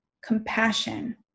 compassion